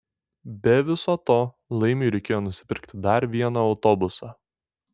be viso to laimiui reikėjo nusipirkit dar vieną autobusą